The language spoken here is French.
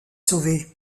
sauver